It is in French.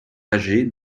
âgée